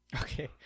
Okay